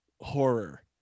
horror